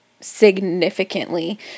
significantly